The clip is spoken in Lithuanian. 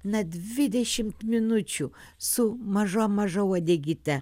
na dvidešimt minučių su maža maža uodegyte